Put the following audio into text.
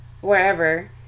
wherever